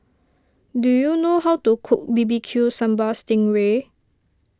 do you know how to cook B B Q Sambal Sting Ray